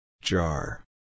Jar